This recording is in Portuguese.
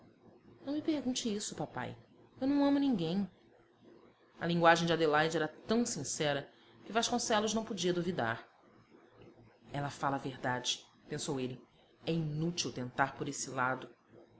não me pergunte isso papai eu não amo ninguém a linguagem de adelaide era tão sincera que vasconcelos não podia duvidar ela fala a verdade pensou ele é inútil tentar por esse lado